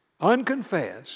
unconfessed